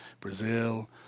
Brazil